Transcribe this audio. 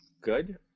good